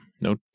no